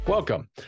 Welcome